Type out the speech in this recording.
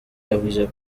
yavuze